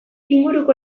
inguruko